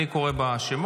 אני קורא בשמות.